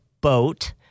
boat